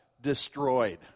destroyed